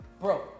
Bro